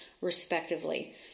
respectively